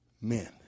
men